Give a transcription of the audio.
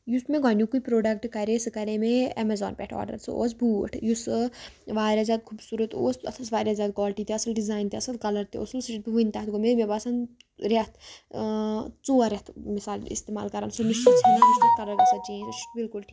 یُس مےٚ گۄڈنیُکُے پرٛوڈَکٹ کَرے سُہ کَرے مےٚ ایمزان پٮ۪ٹھ آرڈر سُہ اوس بوٗٹھ یُسہٕ واریاہ زیادٕ خوٗبصوٗرت اوس تَتھ ٲس واریاہ زیادٕ کالٹی تہِ اصٕل ڈِزایِن تہِ اَصٕل کَلَر تہِ اوسُس سُہ چھَس بہٕ وٕنہِ تَتھ گوٚو مےٚ مےٚ باسان رٮ۪تھ ژور رٮ۪تھ مِثال استعمال کَران سُہ نہ چھُ سُھ ژھٮ۪نان نہ چھِ تَتھ کَلر گژھان چینج سُہ چھُ بِلکُل ٹھِ